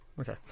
Okay